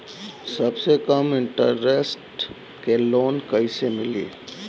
सबसे कम इन्टरेस्ट के लोन कइसे मिली?